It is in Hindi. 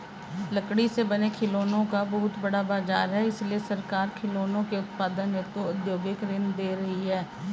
लकड़ी से बने खिलौनों का बहुत बड़ा बाजार है इसलिए सरकार खिलौनों के उत्पादन हेतु औद्योगिक ऋण दे रही है